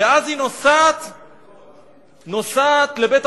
היא נוסעת לבית-החולים,